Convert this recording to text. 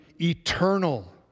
eternal